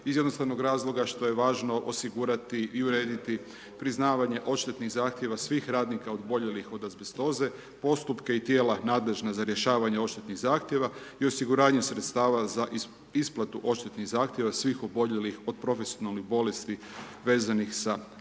iz jednostavnog razloga što je važno osigurati i urediti priznavanje odštetnih zahtjeva svih radnika oboljelih od azbestoze, postupke i tijela nadležna za rješavanje odštetnih zahtjeva i osiguranje sredstava za isplatu odštetnih zahtjeva svih oboljelih od profesionalnih bolesti vezanih za azbest.